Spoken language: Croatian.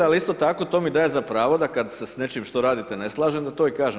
Ali isto tako to mi daje za pravo da kada se s nečim što radite ne slažem da to i kažem.